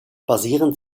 basieren